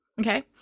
Okay